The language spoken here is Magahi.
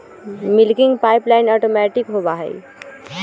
मिल्किंग पाइपलाइन ऑटोमैटिक होबा हई